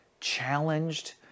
challenged